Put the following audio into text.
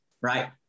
right